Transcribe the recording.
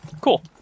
Cool